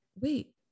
wait